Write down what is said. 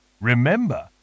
Remember